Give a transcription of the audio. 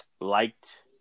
liked